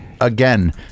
Again